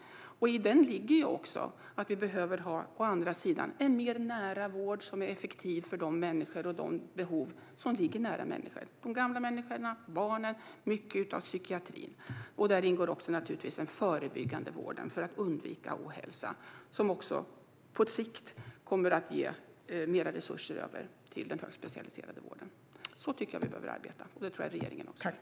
I det ligger också att vi å andra sidan behöver ha en mer nära och effektiv vård för de behov som ligger nära människor - de gamla människorna och barnen - och mycket av psykiatri. Där ingår naturligtvis också den förebyggande vården för att undvika ohälsa, vilket på sikt kommer att ge mer resurser över till den högspecialiserade vården. Så tycker jag att vi behöver arbeta, och det tror jag att regeringen också gör.